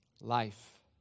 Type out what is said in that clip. Life